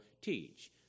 teach